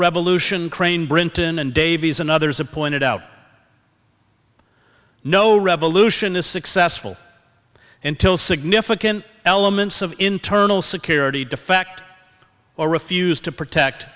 revolution crane brinton and davies and others have pointed out no revolution is successful until significant elements of internal security defect or refuse to protect